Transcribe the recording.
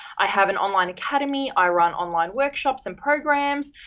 i have an online academy. i run online workshops and programs.